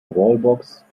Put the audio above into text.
wallbox